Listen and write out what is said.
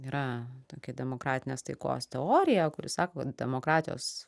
yra tokia demokratinės taikos teorija kuri sako demokratijos